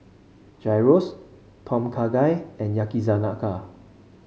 Gyros Tom Kha Gai and Yakizakana